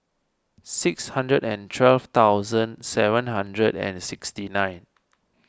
six hundred and twelve thousand seven hundred and sixty nine